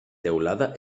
teulada